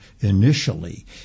initially